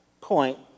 point